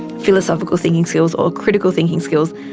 philosophical thinking skills or critical thinking skills,